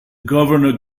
governor